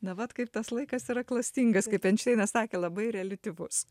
na vat kaip tas laikas yra klastingas kaip einšteinas sakė labai reliatyvus